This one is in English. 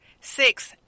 Six